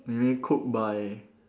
maybe cooked by